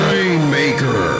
Rainmaker